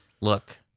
Look